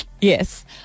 Yes